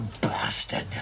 bastard